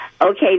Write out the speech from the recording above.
Okay